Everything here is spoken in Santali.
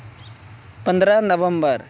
ᱯᱚᱱᱨᱚ ᱱᱚᱵᱷᱮᱢᱵᱚᱨ